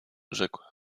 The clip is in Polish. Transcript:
rzekł